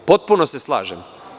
Potpuno se slažem.